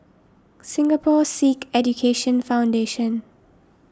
Singapore Sikh Education Foundation